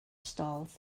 stalls